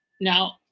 Now